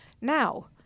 Now